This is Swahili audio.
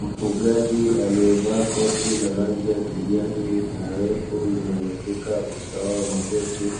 Mfugaji aliye vaa koti la rangi ya kijani na refu linalo fika usawa wa magoti